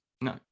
no